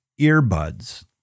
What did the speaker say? earbuds